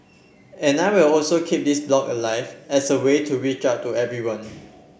and I will also keep this blog alive as a way to reach out to everyone